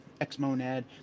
Xmonad